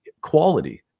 quality